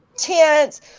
tents